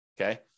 Okay